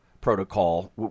protocol